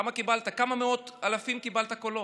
קיבלת כמה מאות אלפי קולות.